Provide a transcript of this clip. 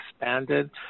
expanded